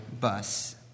bus